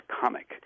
comic